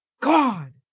God